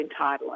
entitlement